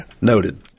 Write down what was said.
Noted